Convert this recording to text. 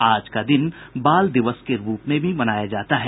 आज का दिन बाल दिवस के रूप में भी मनाया जाता है